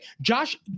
Josh